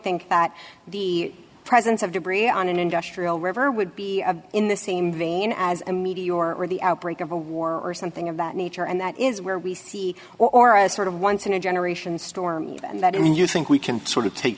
think that the presence of debris on an industrial river would be in the same vein as a media your or the outbreak of a war or something of that nature and that is where we see or a sort of once in a generation storm and that and you think we can sort of take